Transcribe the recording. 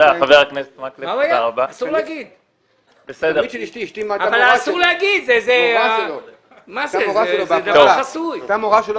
אשתי הייתה מורה שלו בהפרדה.